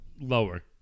lower